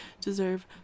deserve